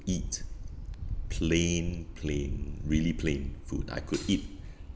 eat plain plain really plain food I could eat